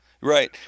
right